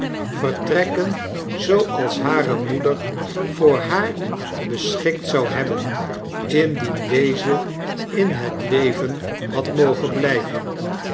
vertrekken zooals hare moeder voor haar beschikt zou hebben indien deze in het leven had mogen biyven